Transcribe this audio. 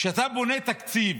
כשאתה בונה תקציב